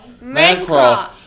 Mancroft